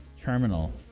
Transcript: terminal